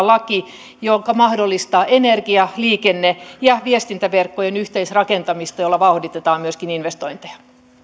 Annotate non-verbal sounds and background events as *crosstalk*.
*unintelligible* laki joka mahdollistaa energia liikenne ja viestintäverkkojen yhteisrakentamisen jolla vauhditetaan myöskin investointeja